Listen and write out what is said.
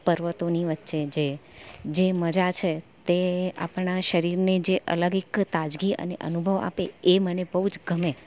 પર્વતોની વચ્ચે જે જે મજા છે તે આપણા શરીરને જે અલૌકિક તાજગી અને અનુભવ આપે એ મને બહુ જ ગમે